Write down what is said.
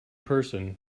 person